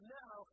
now